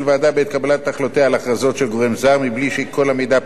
החלטותיה על הכרזות של גורם זר מבלי שכל המידע פרוס לפניה.